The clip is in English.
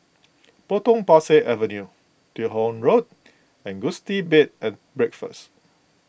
Potong Pasir Avenue Teo Hong Road and Gusti Bed and Breakfast